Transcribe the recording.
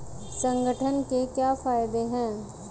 संगठन के क्या फायदें हैं?